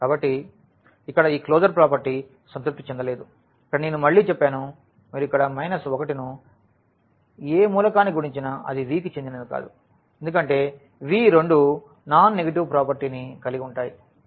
కాబట్టి ఇక్కడ ఈ క్లోజర్ ప్రాపర్టీ సంతృప్తి చెందలేదు ఇక్కడ నేను మళ్ళీ చెప్పాను మీరు ఇక్కడ 1 ను ఏ మూలకానికి గుణించినా అది Vకి చెందినది కాదు ఎందుకంటే V రెండూ నాన్ నెగిటివ్ ప్రాపర్టీ ని కలిగి ఉంటాయి